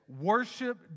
worship